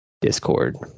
Discord